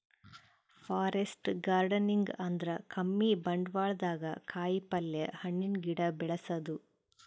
forest gardening ಅಂದ್ರ ಕಮ್ಮಿ ಬಂಡ್ವಾಳ್ದಾಗ್ ಕಾಯಿಪಲ್ಯ, ಹಣ್ಣಿನ್ ಗಿಡ ಬೆಳಸದು